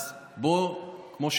אז כמו שאמרת,